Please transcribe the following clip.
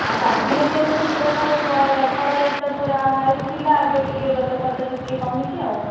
ଆଉ ସାବିତ୍ରୀ ବ୍ରତକୁ ତ ସେତେବେଳକୁ ଫଳ ରେଟ୍ ତ ପୁରା ହାଇରେ ଥିଲା ଏବେ ଟିକେ ଦରଟା ଟିକେ କମିଛି ଆଉ